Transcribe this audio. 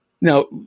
Now